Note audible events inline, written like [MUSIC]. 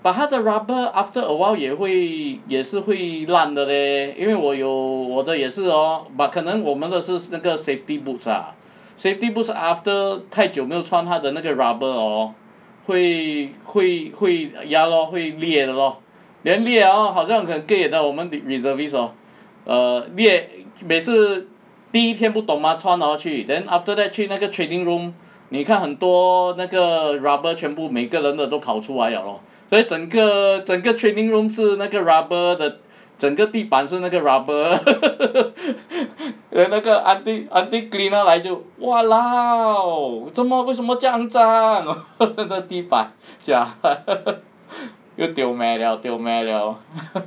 but 它的 rubber after awhile 也会也是会烂的 leh 因为我有我的也是 hor but 可能我们的是那个 safety boots ah safety boots after 太久没有穿它的那个 rubber orh 会会会 ya lor 会裂 lor then 裂 hor 好像很 ge yan 的我们 re~ reservist hor err 裂每次第一天不懂吗穿 hor 去 then after that 去那个 training room 你看很多那个 rubber 全部每个人的都跑出来了 lor 所以整个整个 training room 是那个 rubber 的整个地板是那个 rubber [LAUGHS] then 那个 aunty aunty cleaner 来就 !walao! 这么为什么这样肮脏 [LAUGHS] 这个地板 jialat [LAUGHS] 又 tio meh liao tio meh liao